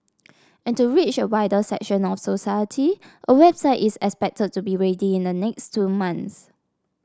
and to reach a wider section of society a website is expected to be ready in the next two months